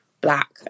black